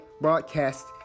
broadcast